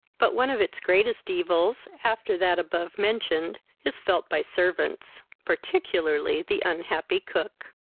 but one of its greatest evils, after that above mentioned, is felt by servants, particularly the unhappy cook.